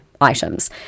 items